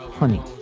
honey